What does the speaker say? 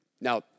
Now